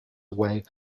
away